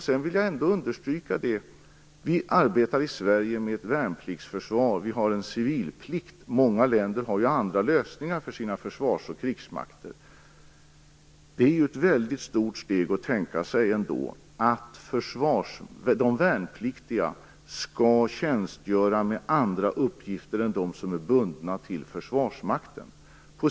Jag vill vidare understryka att vi i Sverige arbetar med ett värnpliktsförsvar och har en civilplikt. Många länder har andra lösningar för sina försvars och krigsmakter. Det är ett väldigt stort steg att låta de värnpliktiga tjänstgöra med andra uppgifter än de som är bundna till Försvarsmakten.